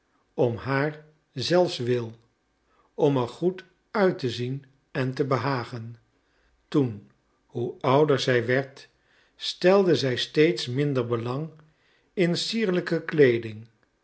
om haar zelfs wil om er goed uit te zien en te behagen toen hoe ouder zij werd stelde zij steeds minder belang in sierlijke kleeding